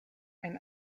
ein